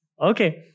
Okay